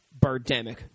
Birdemic